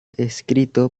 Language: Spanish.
escrito